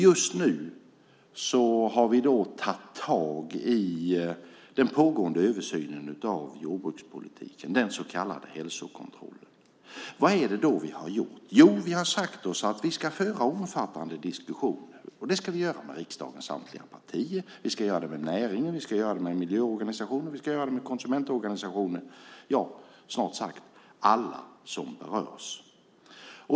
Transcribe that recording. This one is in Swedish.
Just nu har vi tagit tag i den pågående översynen av jordbrukspolitiken, den så kallade hälsokontrollen. Vad är det vi har gjort? Jo, vi har sagt oss att vi ska föra omfattande diskussioner med riksdagens samtliga partier, med näringen, med miljöorganisationer, med konsumentorganisationer, ja, med snart sagt alla som berörs.